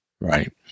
Right